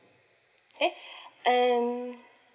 okay and